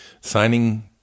signing